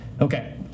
Okay